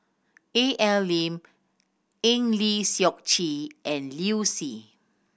Al Lim Eng Lee Seok Chee and Liu Si